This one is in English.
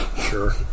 Sure